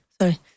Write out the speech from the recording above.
sorry